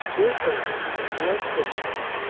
dear harry we are quits now.